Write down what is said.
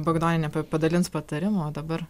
bagdonienė padalins patarimų o dabar